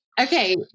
Okay